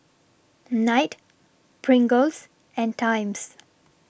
Knight Pringles and Times